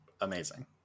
amazing